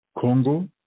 Congo